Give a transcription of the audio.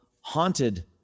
haunted